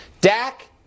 Dak